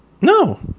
No